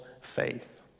faith